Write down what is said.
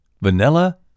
vanilla